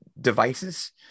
devices